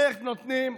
איך נותנים?